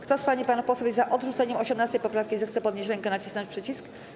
Kto z pań i panów posłów jest za odrzuceniem 18. poprawki, zechce podnieść rękę i nacisnąć przycisk.